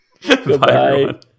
goodbye